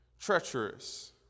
treacherous